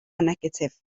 negatif